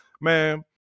Man